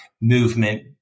movement